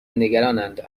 نگرانند